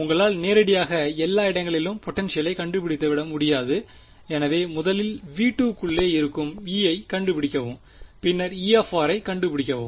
உங்களால் நேரடியாக எல்லா இடங்களிலும் பொடென்ஷியலை கண்டுபிடித்துவிட முடியாது எனவே முதலில் V2 குள்ளே இருக்கும் E ஐ கண்டுபிடிக்கவும் பின்னர் E ஐக் கண்டறியவும்